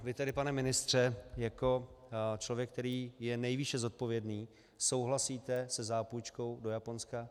Vy tedy, pane ministře, jako člověk, který je nejvýše zodpovědný, souhlasíte se zápůjčkou do Japonska.